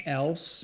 else